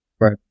Right